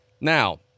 Now